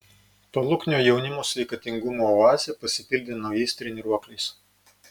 paluknio jaunimo sveikatingumo oazė pasipildė naujais treniruokliais